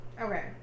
okay